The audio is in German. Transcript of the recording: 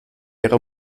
ihre